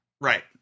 Right